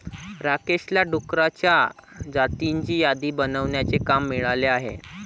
राकेशला डुकरांच्या जातींची यादी बनवण्याचे काम मिळाले आहे